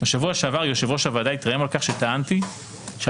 בשבוע שעבר יושב-ראש הוועדה התרעם על כך שטענתי שהצעת